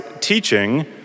teaching